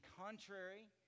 contrary